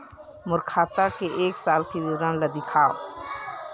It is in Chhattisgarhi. मोर खाता के एक साल के विवरण ल दिखाव?